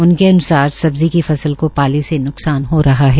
उनके अन्सार सब्जी की फसल को पाले से नुकसान हो रहा है